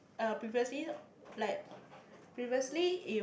uh previously like previously it was